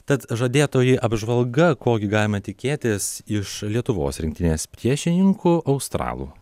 tad žadėtoji apžvalga ko gi galime tikėtis iš lietuvos rinktinės priešininkų australų